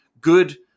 good